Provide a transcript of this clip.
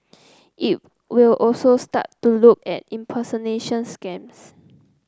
it will also start to look at impersonation scams